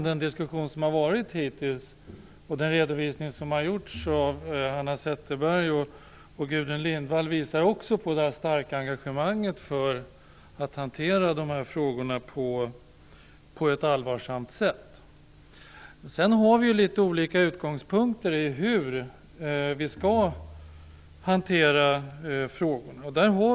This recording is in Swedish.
Den diskussion som har förts hittills och den redovisning som har gjorts av Hanna Zetterberg och Gudrun Lindvall visar också på det starka engagemanget för att hantera de här frågorna på ett allvarsamt sätt. Sedan har vi litet olika utgångspunkter när det gäller hur vi skall hantera frågorna.